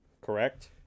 Correct